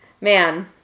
man